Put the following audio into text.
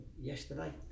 yesterday